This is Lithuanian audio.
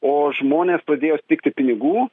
o žmonės pradėjo stigti pinigų